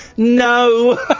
No